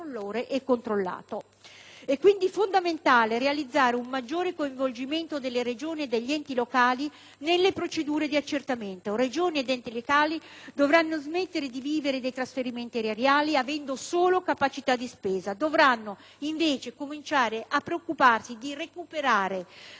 È quindi fondamentale realizzare un maggior coinvolgimento delle Regioni e degli enti locali nelle procedure di accertamento. Dovranno entrambi smettere di vivere dei trasferimenti erariali, avendo solo capacità di spesa. Dovranno piuttosto cominciare a preoccuparsi del recupero delle imposte utili a